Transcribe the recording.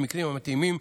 במקרים המתאימים,